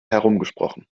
herumgesprochen